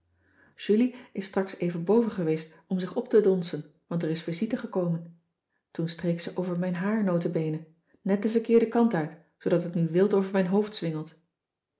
is straks even boven geweest om zich op te donsen want er is visite gekomen toen streek ze over mijn haar nota bene net den verkeerden kant uit zoodat het nu wild over mijn hoofd